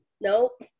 nope